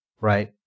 right